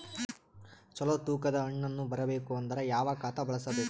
ಚಲೋ ತೂಕ ದ ಹಣ್ಣನ್ನು ಬರಬೇಕು ಅಂದರ ಯಾವ ಖಾತಾ ಬಳಸಬೇಕು?